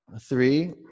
Three